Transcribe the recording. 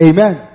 Amen